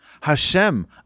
Hashem